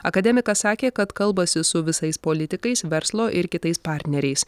akademikas sakė kad kalbasi su visais politikais verslo ir kitais partneriais